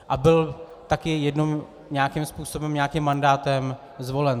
A byl také nějakým způsobem, nějakým mandátem zvolen.